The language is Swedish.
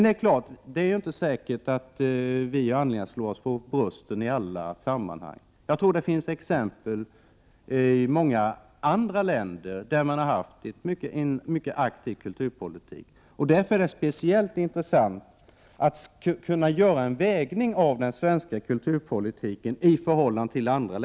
Det är ändå inte säkert att vi har anledning att slå oss för bröstet i alla sammanhang. I många andra länder har kulturpolitiken varit mycket aktiv, och därför är det speciellt intressant att göra en avvägning mellan den svenska kulturpolitiken och andra länders kulturpolitik.